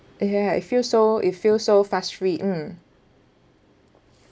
ya I feel so it feels so fuss-free mm